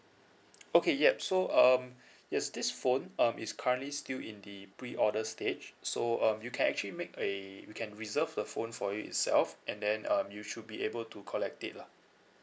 okay yup so um yes this phone um is currently still in the preorder stage so um you can actually make a we can reserve the phone for you itself and then um you should be able to collect it lah